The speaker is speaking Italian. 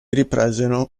ripresero